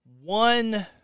one